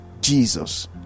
Jesus